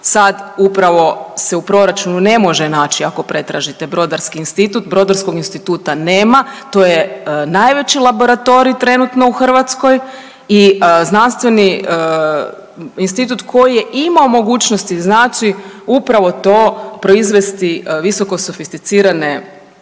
sad upravo se u proračunu ne može naći ako pretražite Brodarski institut, Brodarskog instituta nema, to je najveći laboratorij trenutno u Hrvatskoj i znanstveni institut koji je imao mogućnosti znači upravo to proizvesti visokosofisticirane